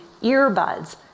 earbuds